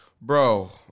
bro